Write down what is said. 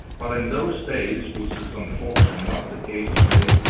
but in those days, which is unfortunately not the case today,